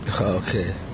Okay